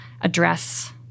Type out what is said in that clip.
address